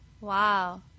wow